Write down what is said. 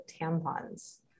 tampons